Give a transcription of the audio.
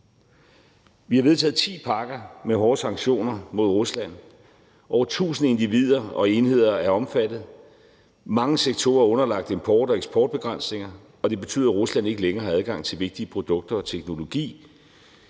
Vi har vedtaget ti pakker med hårde sanktioner mod Rusland, over 1.000 individer og enheder er omfattet, mange sektorer er underlagt import- og eksportbegrænsninger, og det betyder, at Rusland ikke længere har adgang til vigtige produkter og teknologi.